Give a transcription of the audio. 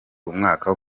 umwaka